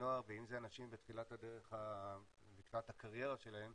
אם זה ילדים ובני נוער ואם זה אנשים בתחילת הדרך לקראת הקריירה שלהם,